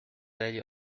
value